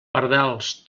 pardals